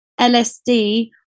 LSD